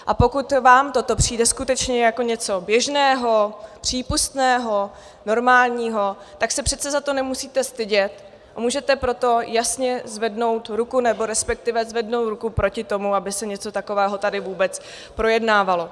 A pokud vám toto přijde skutečně jako něco běžného, přípustného, normálního, tak se přece za to nemusíte stydět a můžete pro to jasně zvednout ruku, nebo respektive zvednout ruku proti tomu, aby se něco takového tady vůbec projednávalo.